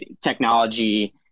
technology